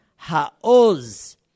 HaOz